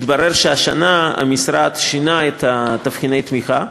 התברר שהשנה המשרד שינה את תבחיני התמיכה,